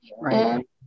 Right